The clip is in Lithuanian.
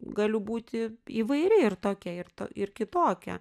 galiu būti įvairi ir tokia ir to ir kitokia